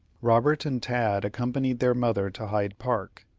robert and tad accompanied their mother to hyde park.